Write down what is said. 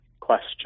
question